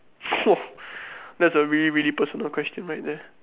!whoa! that's a really really personal question right there